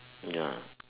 ya